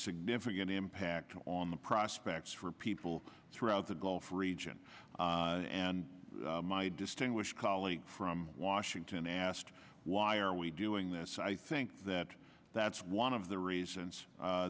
significant impact on the prospects for people throughout the gulf region and my distinguished colleague from washington asked why are we doing this i think that that's one of the reasons